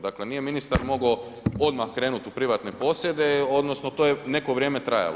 Dakle nije ministar mogao odmah krenuti u privatne posjede, odnosno to je neko vrijeme trajalo.